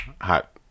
Hot